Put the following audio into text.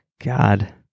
God